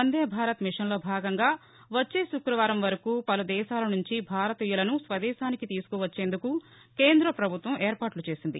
వందేభారత్ మిషన్లో భాగంగా వచ్చే శుక్రవారం వరకు పలు దేశాల నుంచి భారతీయులను స్వదేశానికి తీసుకువచ్చేందుకు కేంద్ర ప్రభుత్వం ఏర్పాట్లు చేసింది